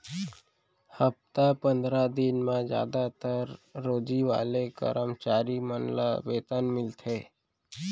हप्ता पंदरा दिन म जादातर रोजी वाले करम चारी मन ल वेतन मिलथे